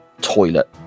toilet